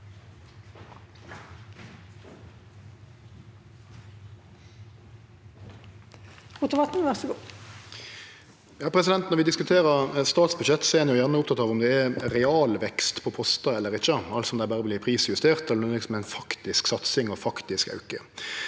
Når vi diskute- rer eit statsbudsjett er vi gjerne opptekne av om det er realvekst på postar eller ikkje, altså om dei berre vert prisjusterte eller om det er ei faktisk satsing, ein faktisk auke.